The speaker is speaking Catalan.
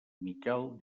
miquel